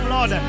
Lord